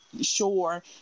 sure